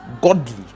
godly